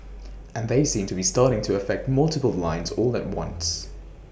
and they seem to be starting to affect multiple lines all at once